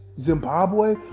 Zimbabwe